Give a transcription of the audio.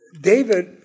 David